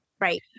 Right